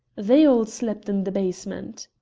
they all slept in the basement.